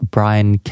Brian